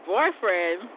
Boyfriend